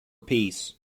peace